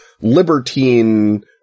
libertine